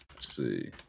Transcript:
see